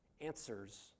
answers